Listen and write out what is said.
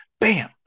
Bam